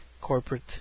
Corporate